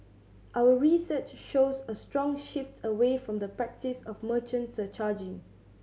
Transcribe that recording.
our research shows a strong shift away from the practice of merchant surcharging